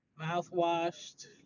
mouthwashed